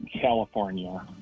California